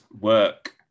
work